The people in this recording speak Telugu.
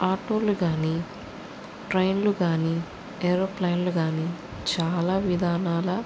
ఆటోలు కాని ట్రైన్లు కాని ఏరోప్లేన్లు కాని నన్ను కాని చాలా విధానాల